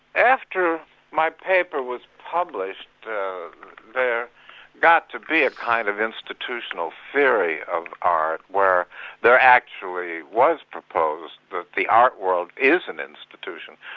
after my paper was published, there got to be a kind of institutional theory of art where there actually was proposed that the art world is an institution,